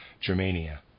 Germania